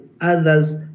others